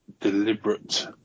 deliberate